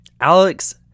Alex